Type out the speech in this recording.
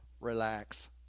Relax